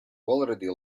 already